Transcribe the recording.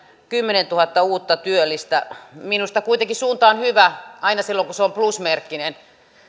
kymmenentuhatta uutta työllistä minusta kuitenkin suunta on hyvä aina silloin kun se on plusmerkkinen